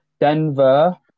Denver